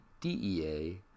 DEA